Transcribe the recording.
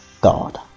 God